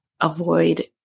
avoid